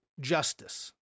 justice